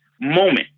moment